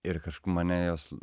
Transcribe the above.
ir kažkuo mane jos